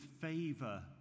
favor